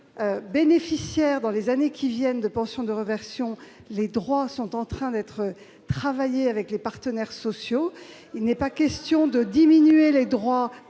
bénéficiaires dans les années qui viennent de pensions de réversion, les droits sont en train d'être travaillés avec les partenaires sociaux. Voilà ! C'est ce que l'on redoutait